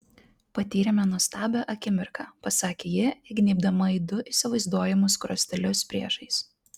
patyrėme nuostabią akimirką pasakė ji įgnybdama į du įsivaizduojamus skruostelius priešais